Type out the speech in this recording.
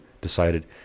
decided